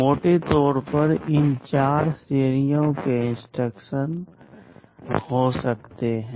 मोटे तौर पर इन 4 श्रेणियों के इंस्ट्रक्शन हो सकते हैं